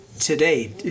today